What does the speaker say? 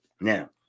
now